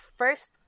first